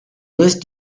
list